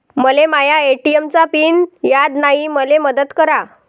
मले माया ए.टी.एम चा पिन याद नायी, मले मदत करा